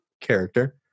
character